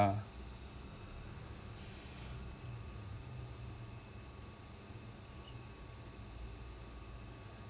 uh